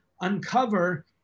uncover